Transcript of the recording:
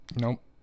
nope